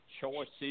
choices